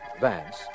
Vance